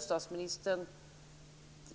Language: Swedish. Bostadsministern